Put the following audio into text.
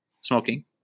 smoking